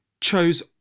chose